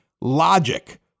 logic